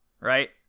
Right